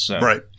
Right